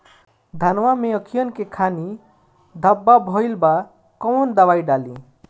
धनवा मै अखियन के खानि धबा भयीलबा कौन दवाई डाले?